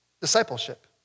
discipleship